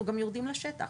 אנחנו גם יורדים לשטח.